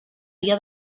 dia